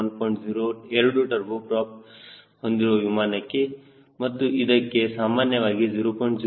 0 ಎರಡು turbo prop ಹೊಂದಿರುವ ವಿಮಾನಕ್ಕೆ ಮತ್ತು ಇದಕ್ಕೆ ಸಾಮಾನ್ಯವಾಗಿ 0